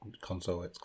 console